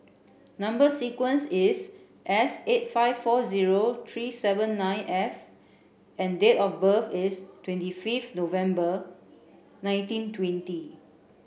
number sequence is S eight five four zero three seven nine F and date of birth is twenty fifth November nineteen twenty